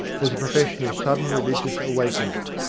was a profession of sudden re ligious awakening.